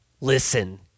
Listen